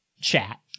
chat